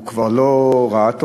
הוא כבר לא ראה טוב,